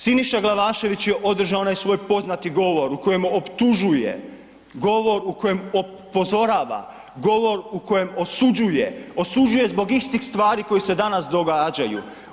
Siniša Glavašević je održao onaj svoj poznati govor u kojemu optužuje, govor u kojem upozorava, govor u kojem osuđuje, osuđuje zbog istih stvari koje se danas događaju.